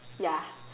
ya